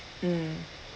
mm